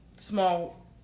small